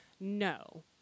No